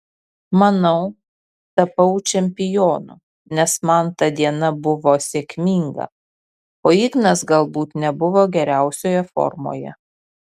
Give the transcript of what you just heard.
manau tapau čempionu nes man ta diena buvo sėkminga o ignas galbūt nebuvo geriausioje formoje